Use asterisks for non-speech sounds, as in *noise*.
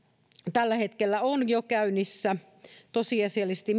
tällä hetkellä ministeriössä on jo tosiasiallisesti *unintelligible*